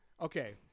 Okay